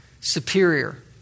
superior